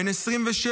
בן 26,